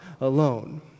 alone